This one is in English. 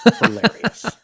hilarious